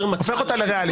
לריאלית.